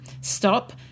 Stop